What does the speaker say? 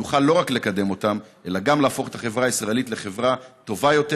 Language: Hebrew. נוכל לא רק לקדם אותם אלא גם להפוך את החברה הישראלית לחברה טובה יותר,